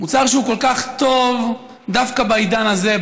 מוצר שהוא כל כך טוב דווקא בעידן הזה,